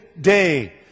day